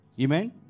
Amen